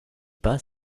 pas